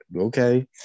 okay